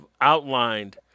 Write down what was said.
outlined